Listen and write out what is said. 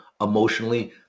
emotionally